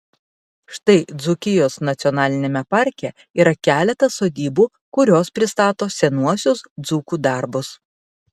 štai dzūkijos nacionaliniame parke yra keletas sodybų kurios pristato senuosius dzūkų darbus